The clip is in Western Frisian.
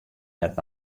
net